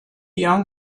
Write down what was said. young